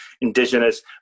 indigenous